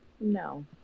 no